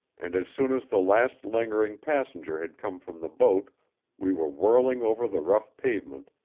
and as soon as the last lingering passenger had come from the boat we were whirling over the rough pavement,